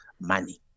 money